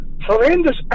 Horrendous